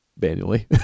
manually